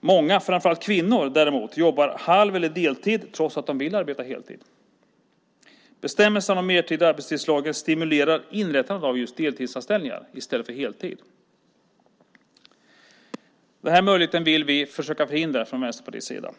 Många, framför allt kvinnor, arbetar däremot halv eller deltid trots att de vill arbeta heltid. Bestämmelsen om mertid i arbetstidslagen stimulerar inrättandet av just deltidsanställningar i stället för heltidsanställningar. Detta vill vi från Vänsterpartiets sida försöka förhindra.